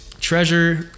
Treasure